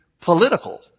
political